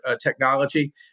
technology